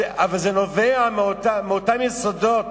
אבל זה נובע מאותם יסודות,